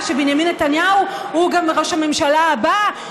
שבנימין נתניהו הוא גם ראש הממשלה הבא.